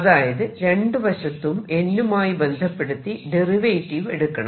അതായത് രണ്ടു വശത്തും n മായി ബന്ധപ്പെടുത്തി ഡെറിവേറ്റീവ് എടുക്കണം